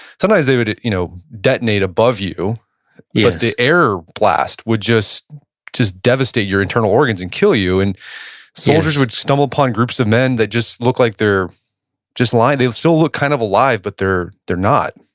sometimes they would you know detonate above you, but yeah the air blast would just just devastate your internal organs, and kill you, and soldiers would stumble upon groups of men that just look like they're just lying. they'll still look kind of alive, but they're they're not